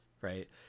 right